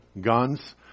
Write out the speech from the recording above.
guns